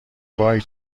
وای